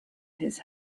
his